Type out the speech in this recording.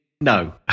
No